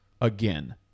again